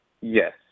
Yes